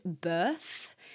birth